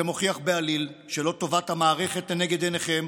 זה מוכיח בעליל שלא טובת המערכת לנגד עיניכם,